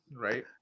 right